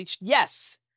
yes